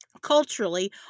culturally